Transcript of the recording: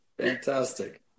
Fantastic